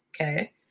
Okay